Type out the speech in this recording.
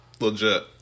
Legit